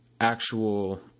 actual